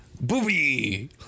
Booby